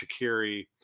Shakiri